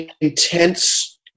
intense